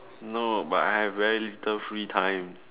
no but I have very little free time